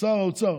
שר האוצר